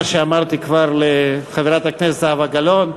מה שאמרתי כבר לחברת הכנסת זהבה גלאון,